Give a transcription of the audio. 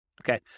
Okay